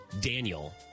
Daniel